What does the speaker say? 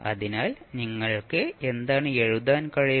അതിനാൽ നിങ്ങൾക്ക് എന്താണ് എഴുതാൻ കഴിയുക